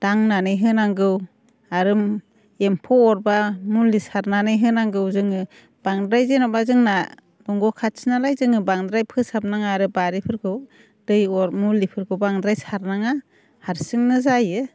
दांनानै होनांगौ आरो एम्फौ अरोबा मुलि सारनानै होनांगौ जोङो बांद्राय जेनेबा जोंना दंग' खाथि नालाय जोङो बांद्राय फोसाब नाङा आरो बारिफोरखौ दै अर मुलिफोरखौ बांद्राय सारनाङा हारसिंनो जायो